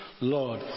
Lord